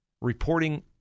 reporting